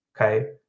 okay